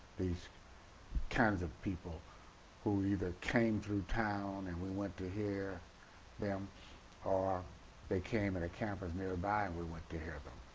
these kinds of people who either came through town and we went to hear them or they came to and a campus nearby and we went to hear them.